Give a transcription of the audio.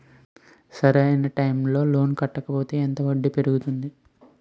సరి అయినా టైం కి లోన్ కట్టకపోతే వడ్డీ ఎంత పెరుగుతుంది?